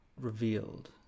revealed